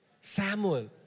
Samuel